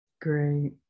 Great